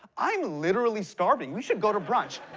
i'm literally starving, we should go to brunch.